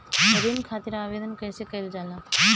ऋण खातिर आवेदन कैसे कयील जाला?